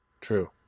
True